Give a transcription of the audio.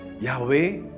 Yahweh